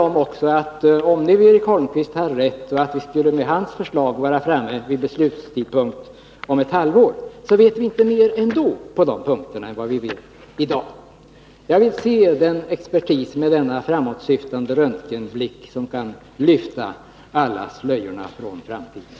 Om Eric Holmqvist har rätt i att vi med hans förslag skulle kunna fatta beslutet om ett halvår, vet vi inte mer då än vi vet i dag om de punkterna. Jag vill se den expertis med denna framåtsyftande röntgenblick som kan lyfta alla slöjorna från framtiden!